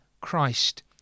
Christ